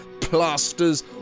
plasters